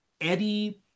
Eddie